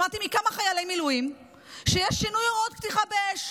שמעתי מכמה חיילי מילואים שיש שינוי הוראות פתיחה באש.